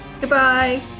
goodbye